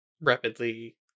rapidly